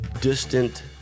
distant